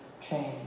change